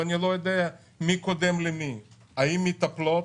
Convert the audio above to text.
ואני לא יודע מי קודם למי: האם מטפלות,